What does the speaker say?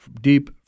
deep